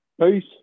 peace